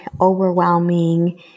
overwhelming